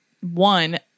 one